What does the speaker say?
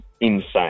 insane